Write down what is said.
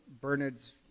Bernard's